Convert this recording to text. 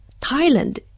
Thailand